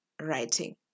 writing